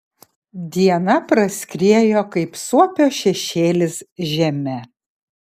diena praskriejo kaip suopio šešėlis žeme